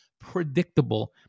predictable